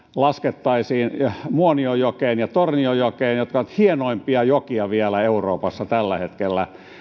laskettaisiin jätevesiä muonionjokeen ja tornionjokeen jotka vielä ovat hienoimpia jokia euroopassa tällä hetkellä